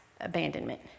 abandonment